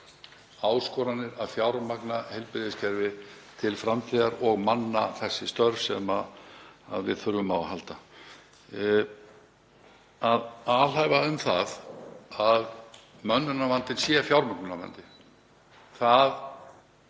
áskoranir við að fjármagna heilbrigðiskerfið til framtíðar og manna þessi störf sem við þurfum á að halda. Að alhæfa um það að mönnunarvandinn sé fjármögnunarvandi er